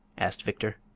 asked victor.